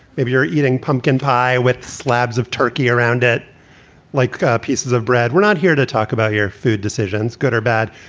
maybe you're eating pumpkin pie with slabs of turkey around it like pieces of bread. we're not here to talk about your food decisions, good or bad.